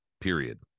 period